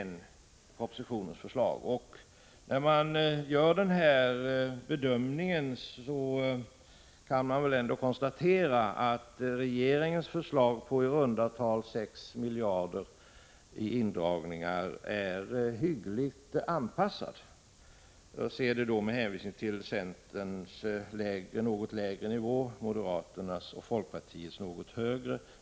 När man gör den här bedömingen kan man väl ändå konstatera att regeringens förslag på i runda tal 6 miljarder i indragningar är hyggligt anpassat i förhållande till centerns något lägre nivå och moderaternas och folkpartiets något högre.